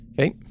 Okay